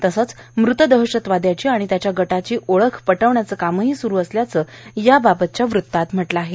तसंच मृत दहशतवादयाची आणि त्याच्या गटाची ओळख पटवण्याचं कामही स्रू असल्याचं याबाबतच्या वृत्तात म्हटलं आहे